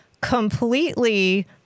completely